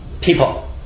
people